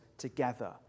together